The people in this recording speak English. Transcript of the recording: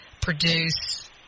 produce